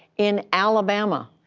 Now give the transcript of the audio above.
in alabama,